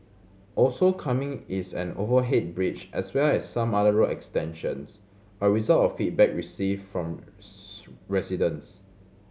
also coming is an overhead bridge as well as some other road extensions a result of feedback received from residents